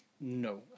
No